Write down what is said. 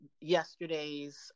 yesterday's